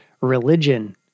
religion